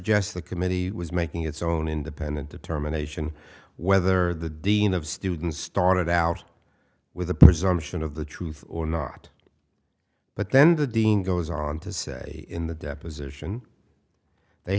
suggests the committee was making its own independent determination whether the dean of students started out with a presumption of the truth or not but then the dean goes on to say in the deposition they